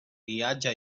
guiatge